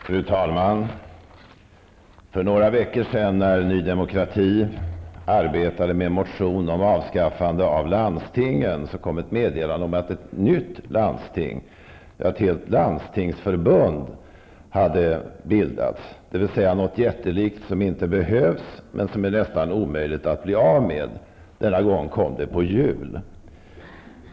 Fru talman! För några veckor sedan när Ny Demokrati arbetade med en motion om avskaffandet av landstingen kom meddelandet om att ett nytt landsting, ja ett helt landstingsförbund, hade bildats, dvs. något jättelikt som inte behövs men som är nästan omöjligt att bli av med. Denna gång kom det på hjul.